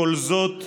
כל זאת,